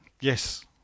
Yes